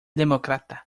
demócrata